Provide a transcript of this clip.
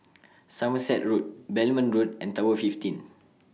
Somerset Road Belmont Road and Tower fifteen